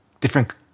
different